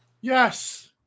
yes